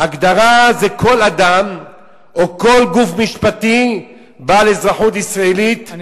בהגדרה זה כל אדם או כל גוף משפטי בעל אזרחות ישראלית,